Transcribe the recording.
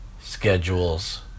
schedules